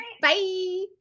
Bye